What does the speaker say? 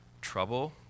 trouble